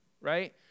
right